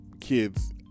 kids